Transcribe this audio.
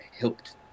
helped